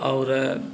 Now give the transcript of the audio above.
और